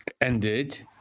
ended